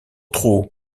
trop